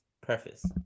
preface